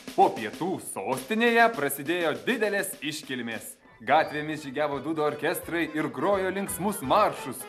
po pietų sostinėje prasidėjo didelės iškilmės gatvėmis žygiavo dūdų orkestrai ir grojo linksmus maršus